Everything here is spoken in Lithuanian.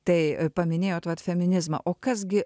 tai paminėjot vat feminizmą o kas gi